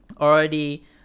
already